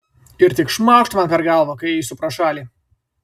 ir tik šmaukšt man per galvą kai eisiu pro šalį